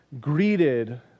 greeted